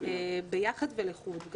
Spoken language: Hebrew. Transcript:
ביחד ולחוד.